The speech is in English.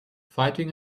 fighting